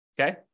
okay